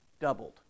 doubled